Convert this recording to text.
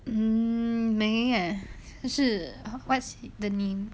mmhmm ~ what's the name